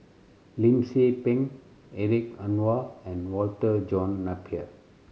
Lim Tze Peng Hedwig Anuar and Walter John Napier